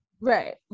Right